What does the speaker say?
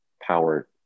power